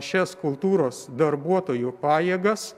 šias kultūros darbuotojų pajėgas